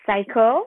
cycle